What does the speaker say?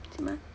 same ah